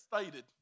stated